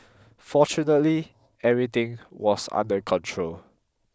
fortunately everything was under control